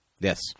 Yes